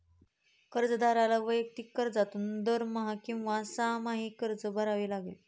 कर्जदाराला वैयक्तिक कर्जातून दरमहा किंवा सहामाही कर्ज भरावे लागते